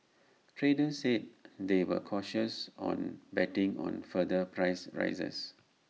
traders said they were cautious on betting on further price rises